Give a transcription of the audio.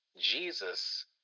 Jesus